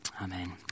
Amen